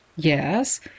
Yes